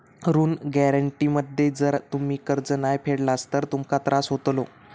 ऋण गॅरेंटी मध्ये जर तुम्ही कर्ज नाय फेडलास तर तुमका त्रास होतलो